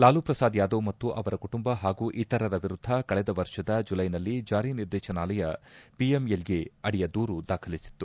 ಲಾಲ್ ಪ್ರಸಾದ್ ಯಾದವ್ ಮತ್ತು ಅವರ ಕುಟುಂಬ ಹಾಗೂ ಇತರರ ವಿರುದ್ಧ ಕಳೆದ ವರ್ಷದ ಜುಲೈನಲ್ಲಿ ಜಾರಿ ನಿರ್ದೇಶನಾಲಯ ಪಿಎಂಎಲ್ ಎ ಅಡಿಯ ದೂರು ದಾಖಲಿಸಿತ್ತು